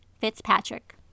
Fitzpatrick